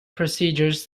procedures